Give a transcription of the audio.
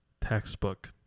textbook